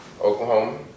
Oklahoma